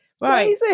right